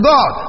God